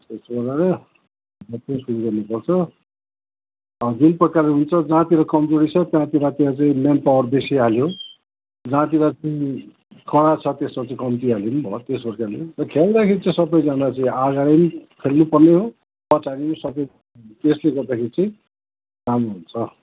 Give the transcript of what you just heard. पर्छ दुई प्रकारले हुन्छ जहाँतिर कमजोरी छ त्यहाँतिर चाहिँ मेन पवर बेसी हाल्यो जहाँतिर चाहिँ कडा छ त्यसमा चाहिँ कम्ती हाल्दा पनि भयो त्यस्तो प्रकारले खेल्दाखेरि चाहिँ सबैजना चाहिँ अगाडि पनि खेल्नु पर्ने हो पछाडि पनि सबै त्यसले गर्दाखेरि चाहिँ राम्रो हुन्छ